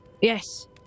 Yes